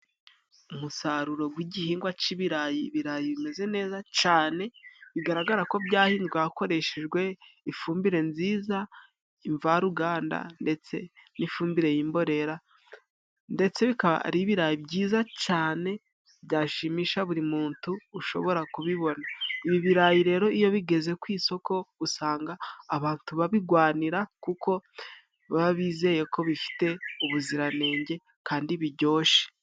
Umusaruro gw'igihingwa c'ibirayi ibirayi bimeze neza cane ,bigaragarako byahinzwe hakoreshejwe ifumbire nziza imvaruganda ndetse n'ifumbire y'imbora ndetse bikaba ari ibirayi byiza cane byashimisha buri muntu ushobora kubibona, ibi birayi rero iyo bigeze ku isoko usanga abantu babigwanira kuko baba bizeyeko bifite ubuziranenge kandi bijyoshe.